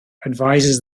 advises